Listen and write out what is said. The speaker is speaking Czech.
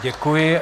Děkuji.